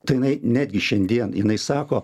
tai jinai netgi šiandien jinai sako